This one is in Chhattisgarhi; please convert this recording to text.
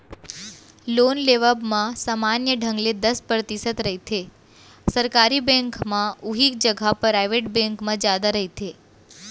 लोन लेवब म समान्य ढंग ले दस परतिसत रहिथे सरकारी बेंक म उहीं जघा पराइबेट बेंक म जादा रहिथे